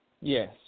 Yes